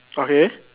okay